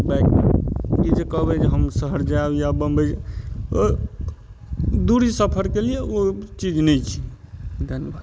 बाइकके ई जे कहबइ जे हम शहर जायब या बम्बइ दूरी सफरके लिये ओ चीज नहि छै धन्यवाद